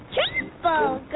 Triple